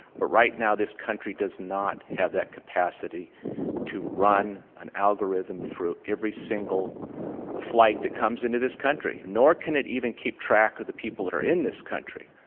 but right now, this country does not have that capacity to run an algorithm through every single flight that comes into this country. eight nor can it even keep track of the people that are in this country.